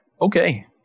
Okay